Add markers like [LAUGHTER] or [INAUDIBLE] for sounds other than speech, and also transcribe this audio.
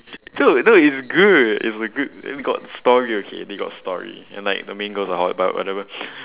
[LAUGHS] dude no it's good it's a good and they got story okay they got story and like the main girls are hot but whatever [BREATH]